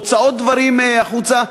בהוצאות דברים החוצה.